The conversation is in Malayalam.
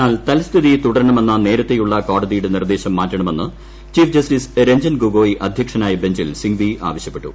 എന്നാൽ തൽസ്ഥിതി തുടരണമെന്ന നേരത്തേയുള്ള കോടതിയുടെ നിർദ്ദേശം മാറ്റണമെന്ന് ചീഫ് ജസ്റ്റിസ് രഞ്ജൻ ഗൊഗോയ് അദ്ധ്യക്ഷനായ ബെഞ്ചിൽ സിങ്വി ആവശ്യപ്പെട്ടു